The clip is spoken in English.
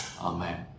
amen